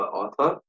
author